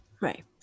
Right